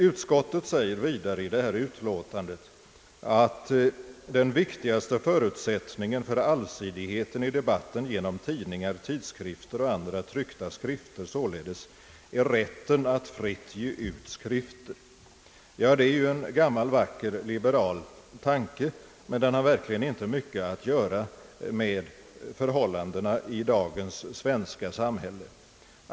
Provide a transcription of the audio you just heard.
Utskottet säger vidare i sitt utlåtande förra året: »Den viktigaste förutsättningen för allsidigheten i debatten genom tidningar, tidskrifter och andra tryckta skrifter är således rätten att fritt ge ut skrifter.» Ja, det är ju en gammal vacker liberal tanke, men den har verkligen inte mycket att göra med förhållandena i dagens svenska samhälle.